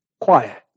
quiet